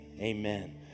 amen